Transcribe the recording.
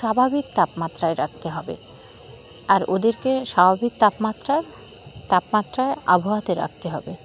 স্বাভাবিক তাপমাত্রায় রাখতে হবে আর ওদেরকে স্বাভাবিক তাপমাত্রার তাপমাত্রায় আবহাওয়াতে রাখতে হবে